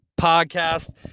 Podcast